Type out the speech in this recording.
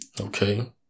okay